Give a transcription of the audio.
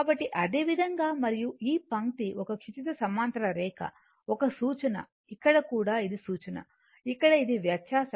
కాబట్టి అదేవిధంగా మరియు ఈ పంక్తి ఒక క్షితిజ సమాంతర రేఖ ఒక సూచన ఇక్కడ కూడా ఇది సూచన ఇక్కడ ఇది వ్యత్యాసం